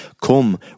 come